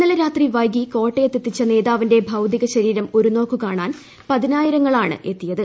ഇന്നലെ രാത്രി വൈകി കോട്ടയത്തെത്തിച്ചു നേതാവിന്റെ ഭൌതിക ശരീരം ഒരുനോക്കു കാണാൻ പതിനായിരങ്ങളാണ് എത്തിയത്